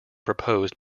proposed